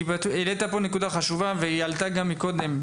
עלתה פה נקודה חשובה והיא עלתה גם מקודם.